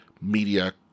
media